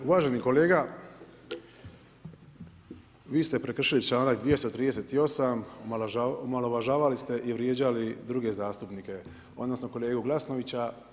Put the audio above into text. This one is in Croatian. Uvaženi kolega, vi ste prekršili članak 238. omalovažavali ste i vrijeđali druge zastupnike odnosno kolegu Glasnovića.